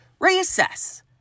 reassess